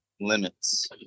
limits